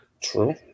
True